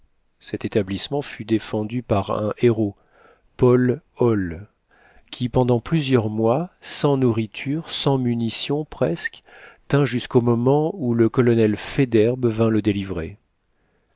cet établissement fut défendu par un héros paul holl qui pendant plusieurs mois sans nourriture sans munitions presque tint jusqu'au moment où le colonel faidherbe vint le délivrer